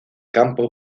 campo